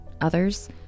others